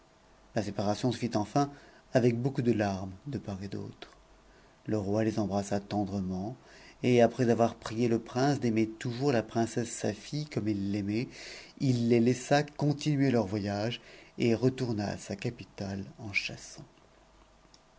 la séparation se fit enfin avec beaucoup de larmes de part et d'aut le roi les embrassa tendrement et après avoir prié le prince d'aimp toujours la princesse sa fille comme il l'aimait il les laissa contint leur voyage et retourna à sa capitale en chassant